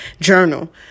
journal